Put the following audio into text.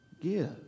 give